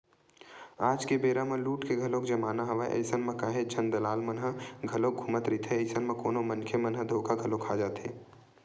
आज के बेरा म लूट के घलोक जमाना हवय अइसन म काहेच झन दलाल मन ह घलोक घूमत रहिथे, अइसन म कोनो मनखे मन ह धोखा घलो खा जाथे